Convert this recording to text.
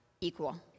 equal